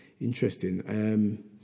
Interesting